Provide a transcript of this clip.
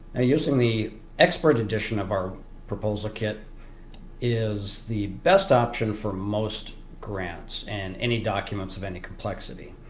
using the expert edition of our proposal kit is the best option for most grants and any documents of any complexity.